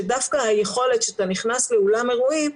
שדווקא כשאתה נכנס לאולם אירועים,